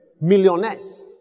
Millionaires